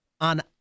on